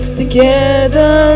together